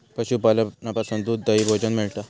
पशूपालनासून दूध, दही, भोजन मिळता